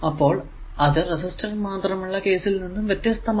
അപ്പോൾ അത് റെസിസ്റ്റർ മാത്രമുള്ള കേസിൽ നിന്നും വ്യത്യസ്തമല്ല